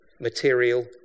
material